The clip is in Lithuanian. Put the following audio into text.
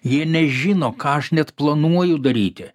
jie nežino ką aš net planuoju daryti